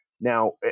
Now